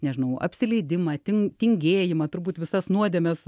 nežinau apsileidimą tin tingėjimą turbūt visas nuodėmes